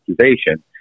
accusation